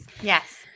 Yes